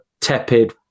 tepid